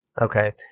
Okay